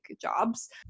jobs